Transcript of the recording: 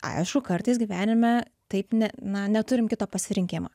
aišku kartais gyvenime taip ne na neturim kito pasirinkimo